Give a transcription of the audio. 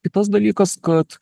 kitas dalykas kad